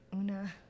Una